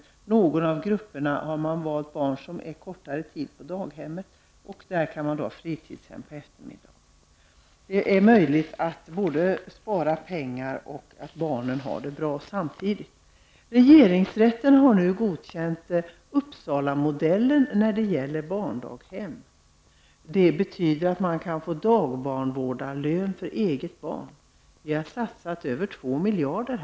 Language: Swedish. I någon grupp kan finnas barn som är kortare tid på daghemmet, och i den lokalen kan man ha fritidshem på eftermiddagen. Det är alltså möjligt att både spara pengar och samtidigt se till att barnen har det bra. Regeringsrätten har nu godkänt Uppsalamodellen för barndaghem. Det betyder att man kan få dagbarnvårdarlön för eget barn. Här har vi satsat över 2 miljarder.